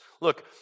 Look